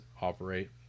operate